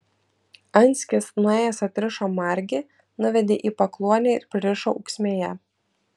anskis nuėjęs atrišo margį nuvedė į pakluonę ir pririšo ūksmėje